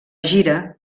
gira